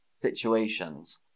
situations